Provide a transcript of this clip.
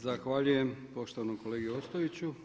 Zahvaljujem poštovanom kolegi Ostojiću.